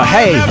hey